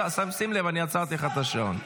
שים לב, אני עצרתי לך את השעון.